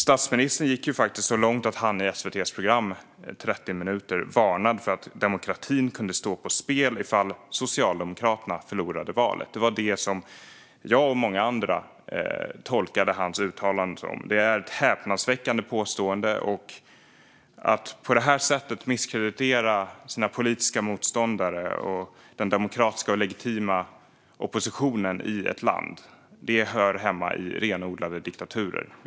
Statsministern gick ju faktiskt så långt att han i SVT:s program 30 minuter varnade för att demokratin kan stå på spel om Socialdemokraterna förlorar valet. Det var så jag och många andra tolkade hans uttalande. Det är ett häpnadsväckande påstående. Att på det här sättet misskreditera sina politiska motståndare och den demokratiska och legitima oppositionen i ett land, det hör hemma i renodlade diktaturer.